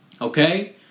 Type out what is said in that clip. okay